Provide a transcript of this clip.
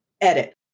edit